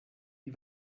die